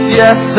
yes